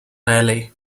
raleigh